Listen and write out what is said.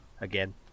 again